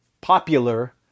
popular